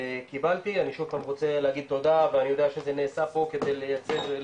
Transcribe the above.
קיבלתי ואני שוב פעם רוצה להגיד תודה ואני יודע שזה נעשה פה כדי לייצר,